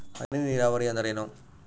ಹನಿ ನೇರಾವರಿ ಎಂದರೇನು?